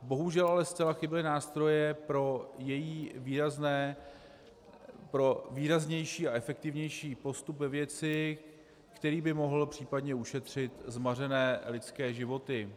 Bohužel ale zcela chyběly nástroje pro výraznější a efektivnější postup ve věci, který by mohl případně ušetřit zmařené lidské životy.